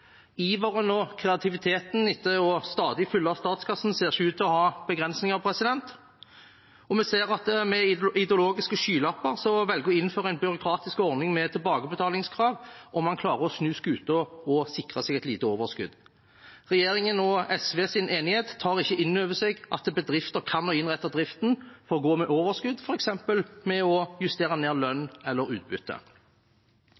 Iveren og kreativiteten etter stadig å fylle statskassen ser ikke ut til å ha begrensninger. Vi ser at man med ideologiske skylapper velger å innføre en byråkratisk ordning med tilbakebetalingskrav om man klarer å snu skuta og sikre seg et lite overskudd. Regjeringen og SVs enighet tar ikke inn over seg at bedrifter kan innrette driften for å gå med overskudd, f.eks. ved å justere ned